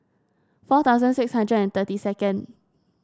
four thousand six hundred and thirty second